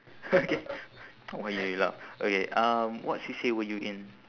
okay why you laugh okay um what C_C_A were you in